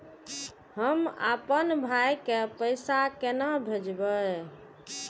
हम आपन भाई के पैसा केना भेजबे?